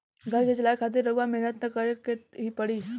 घर के चलावे खातिर रउआ मेहनत त करें के ही पड़ी